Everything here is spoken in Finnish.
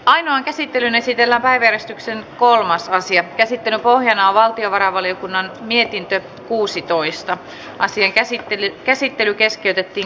aina käsittelyyn esitellään päiväjärjestyksen kolmas asian käsittelyn pohjana valtiovarainvaliokunnan mietintö kuusitoista asian käsittely keskeytettiin